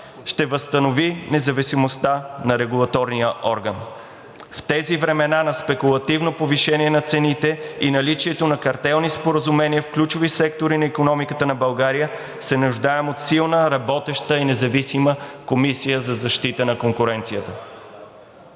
ще възстанови независимостта на регулаторния орган. В тези времена на спекулативно повишение на цените и наличието на картелни споразумения в ключови сектори на икономиката на България се нуждаем от силна, работеща и независима Комисия за защита на конкуренцията.